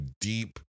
deep